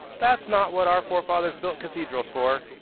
that's not what our forefathers built cathedrals for.